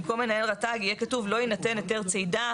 במקום "מנהל רת"ג" יהיה כתוב "לא יינתן היתר צידה"